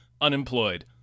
unemployed